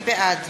בעד